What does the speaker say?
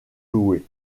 loué